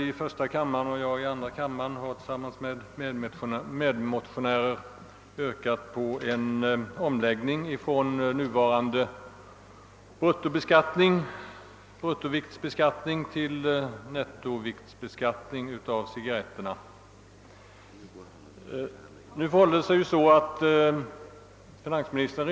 i fjol begärde rörande en omläggning av denna beskattning, föranledd av att allt längre cigarretter kommit ut i marknaden.